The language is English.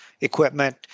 equipment